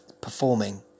performing